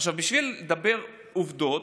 עכשיו בשביל לדבר עובדות,